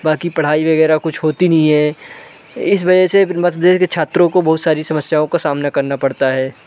बाकी पढ़ाई वगैरह कुछ होती नहीं है इस वजह से मध्य प्रदेश के छात्रों को बहुत सारी समस्याओं का सामना करना पड़ता है